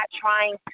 trying